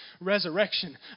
resurrection